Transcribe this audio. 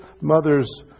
mother's